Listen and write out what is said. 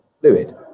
fluid